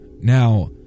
Now